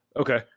okay